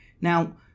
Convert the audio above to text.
Now